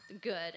good